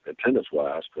attendance-wise